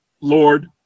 lord